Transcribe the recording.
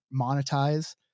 monetize